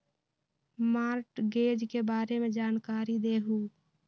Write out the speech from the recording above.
Mortgage के बारे में जानकारी देहु?